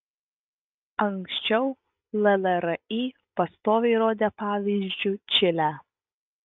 anksčiau llri pastoviai rodė pavyzdžiu čilę